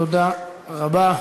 תודה רבה.